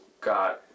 got